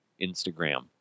Instagram